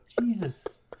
Jesus